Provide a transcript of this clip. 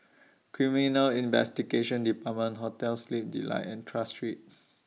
Criminal Investigation department Hotel Sleep Delight and Tras Street